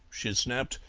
she snapped,